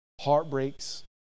heartbreaks